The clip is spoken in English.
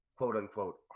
quote-unquote